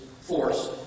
force